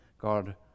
God